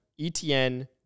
ETN